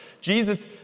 Jesus